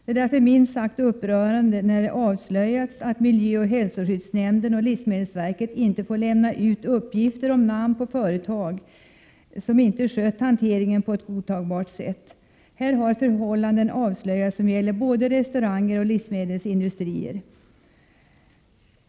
Det är därför minst sagt upprörande när det har avslöjats att miljöoch hälsoskyddsnämnden samt livsmedelsverket inte får lämna ut uppgift om namn på företag som inte skött hanteringen på ett godtagbart sätt. Förhållanden har avslöjats som gäller både restauranger och livsmedelsindustrier.